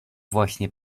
właśnie